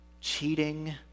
cheating